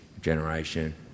generation